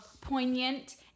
poignant